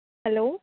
hello